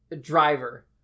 driver